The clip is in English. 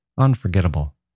Unforgettable